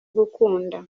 gukunda